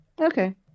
okay